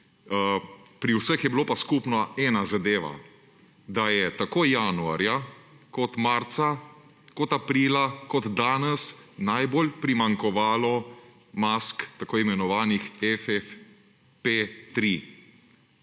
pri vseh je bila pa skupna ena zadeva, da je tako januarja, kot marca, kot aprila, kot danes najbolj primanjkovalo mask tako imenovanih FFP3.